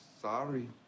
Sorry